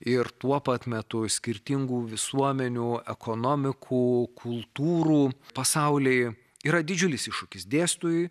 ir tuo pat metu skirtingų visuomenių ekonomikų kultūrų pasauliai yra didžiulis iššūkis dėstytojui